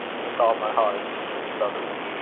with all my heart, said sutherland.